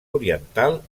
oriental